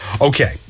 okay